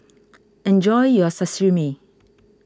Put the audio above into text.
enjoy your Sashimi